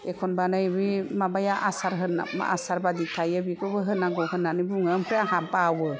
एखनबा नै बे माबाया आसार होन आसार बादि थायो बेखौ होनांगौ होननानै बुङो आमफ्राय आंहा बावो